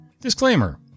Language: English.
Disclaimer